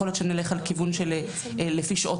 יכול להיות שנלך על כיוון של לפי שעות